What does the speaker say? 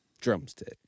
Drumstick